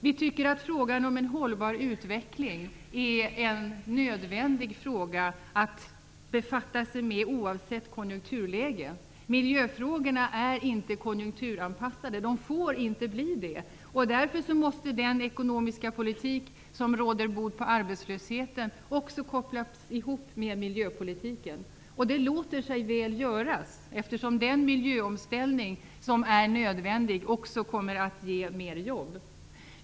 Vi tycker att frågan om en hållbar utveckling är en nödvändig fråga att befatta sig med oavsett konjunkturläge. Miljöfrågorna är inte konjunkturanpassade. De får inte bli det. Därför måste den ekonomiska politik som råder bot på arbetslösheten också kopplas ihop med miljöpolitiken. Det låter sig väl göras, eftersom den miljöomställning som är nödvändig också kommer att ge fler jobb.